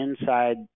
inside